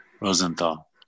Rosenthal